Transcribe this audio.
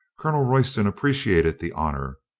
colonel royston appreciated the honor,